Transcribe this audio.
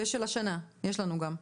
ושל השנה, יש לנו אותו גם?